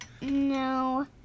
No